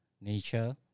nature